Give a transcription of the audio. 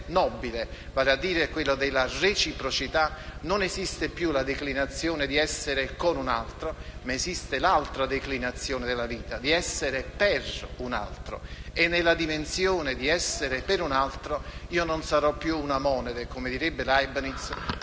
nobile (vale a dire quella della reciprocità) esiste non più la declinazione di essere con un altro, ma l'altra declinazione della vita, cioè di essere per un altro. E nella dimensione di essere per un altro, io non sarò più - come direbbe Leibniz